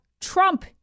Trump